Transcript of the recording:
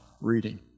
reading